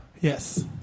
yes